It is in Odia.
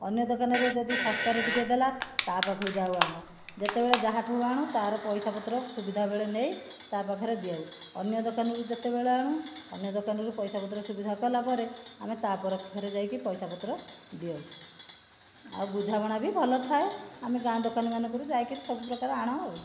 ଅନ୍ୟ ଦୋକାନରେ ଯଦି ଶସ୍ତାରେ ଟିକେ ଦେଲା ତା'ପାଖକୁ ଯାଉ ଆଣୁ ଯେତେବଳେ ଯାହା ଠାରୁ ଆଣୁ ତା'ର ପଇସାପତ୍ର ସୁବିଧା ବେଳେ ନେଇ ତା'ପାଖରେ ଦେଉ ଅନ୍ୟ ଦୋକାନରୁ ଯେତେବେଳେ ଆଣୁ ଅନ୍ୟ ଦୋକାନରୁ ପଇସାପତ୍ର ସୁବିଧା କଲା ପରେ ଆମେ ତା'ପାଖରେ ଯାଇ ପଇସା ପତ୍ର ଦେଉ ଆଉ ବୁଝାବଣା ବି ଭଲ ଥାଏ ଆମେ ଗାଁ ଦୋକାନୀ ମାନଙ୍କରୁ ଯାଇକି ସବୁ ପ୍ରକାର ଆଣୁ ଆଉ